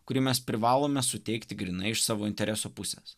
kurį mes privalome suteikti grynai iš savo interesų pusės